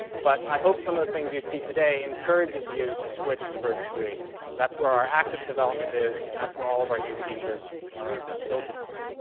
but i hope some of the things you see today encourages you to switch to version three, because that's where our active development is, and that's where all of our new features are built upon.